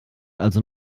also